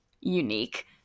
unique